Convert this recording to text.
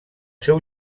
seu